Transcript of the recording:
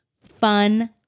fun